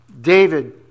David